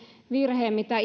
virheen mistä